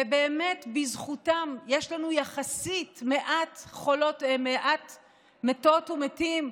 ובאמת בזכותם יש לנו יחסית מעט מתות ומתים,